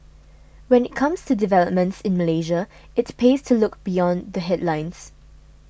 when it comes to developments in Malaysia it pays to look beyond the headlines